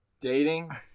Dating